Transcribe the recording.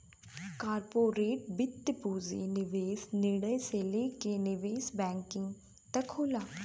corporate वित्त पूंजी निवेश निर्णय से लेके निवेश बैंकिंग तक होला